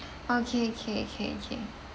okay okay okay okay